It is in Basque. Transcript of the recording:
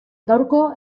gaurko